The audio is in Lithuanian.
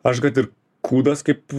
aš kad ir kūdas kaip